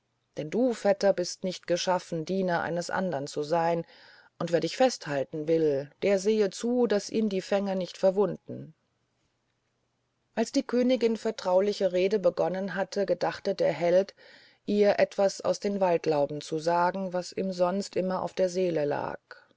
denn du vetter bist nicht geschaffen diener eines anderen zu sein und wer dich festhalten will der sehe zu daß ihn die fänge nicht verwunden als die königin vertrauliche reden begonnen hatte gedachte der held ihr etwas aus den waldlauben zu sagen was ihm sonst immer auf der seele lag